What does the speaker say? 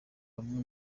bamwe